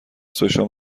سوشا